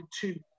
two